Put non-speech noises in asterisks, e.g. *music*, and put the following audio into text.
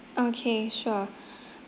okay sure *breath*